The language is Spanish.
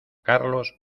carlos